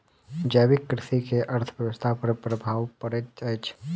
जैविक कृषि के अर्थव्यवस्था पर प्रभाव पड़ैत अछि